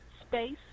space